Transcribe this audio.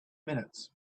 minutes